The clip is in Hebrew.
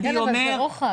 כן, אבל זה רוחב.